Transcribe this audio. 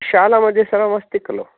शालामध्ये सर्वम् अस्ति खलु